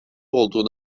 olduğunu